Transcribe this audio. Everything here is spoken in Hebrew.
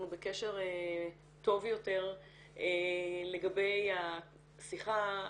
אנחנו בקשר טוב יותר לגבי השיחה,